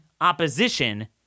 opposition